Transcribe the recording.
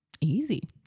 Easy